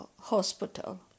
hospital